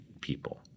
people